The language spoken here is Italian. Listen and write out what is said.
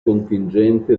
contingente